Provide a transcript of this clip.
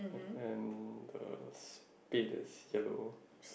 and the spade is yellow